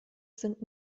sind